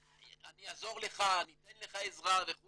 אני אתן לך עזרה" וכולי,